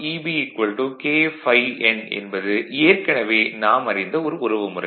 Eb K ∅ n என்பது ஏற்கனவே நாம் அறிந்த ஒரு உறவுமுறை